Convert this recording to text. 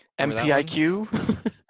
MPIQ